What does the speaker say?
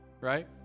right